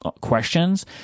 questions